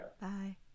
Bye